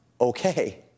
okay